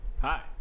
Hi